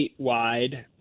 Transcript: statewide